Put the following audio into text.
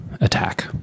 attack